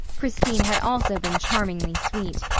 christine had also been charmingly sweet.